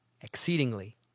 exceedingly